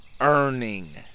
earning